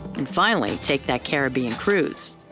and finally take that caribbean cruise.